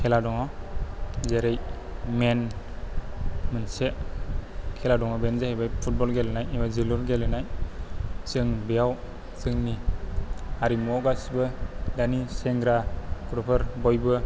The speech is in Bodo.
खेला दं जेरै मेन मोनसे खेला दङ बेनो जायैबाय फुटबल गेलेनाय एबा जोलुर गेलेनाय जों बेयाव जोंनि हारिमुवाव गासिबो दानि सेंग्रा गथ'फोर बयबो